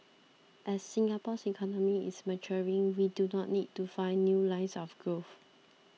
as Singapore's economy is maturing we do not need to find new lines of growth